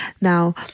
Now